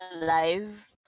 alive